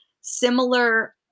similar